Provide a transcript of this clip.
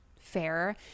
fair